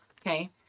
Okay